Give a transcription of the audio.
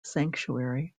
sanctuary